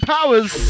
Powers